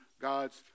God's